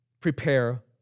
prepare